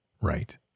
right